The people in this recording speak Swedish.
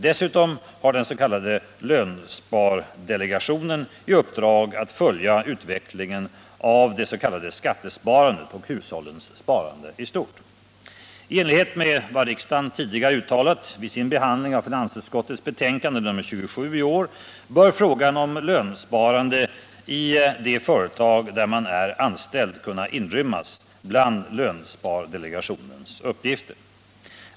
Dessutom har den s.k. lönspardelegationen i uppdrag att följa utvecklingen av det s.k. skattesparandet och hushållens sparande i stort. I enlighet med vad riksdagen tidigare uttalat vid sin behandling av finansutskottets betänkande 1978/79:27 bör frågan om lönsparande i det företag där man är anställd kunna inrymmas bland lönspardelegationens uppgifter.